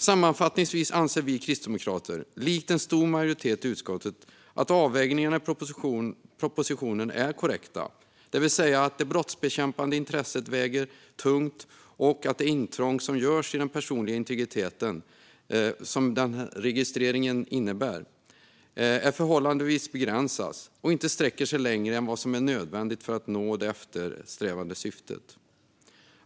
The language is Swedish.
Sammanfattningsvis anser vi kristdemokrater, i likhet med en stor majoritet i utskottet, att propositionens avvägningar är korrekta, det vill säga att det brottsbekämpande intresset väger tungt och att det intrång i den personliga integriteten som registreringen ger upphov till är förhållandevis begränsat och inte sträcker sig längre än vad som är nödvändigt för att nå det eftersträvade syftet.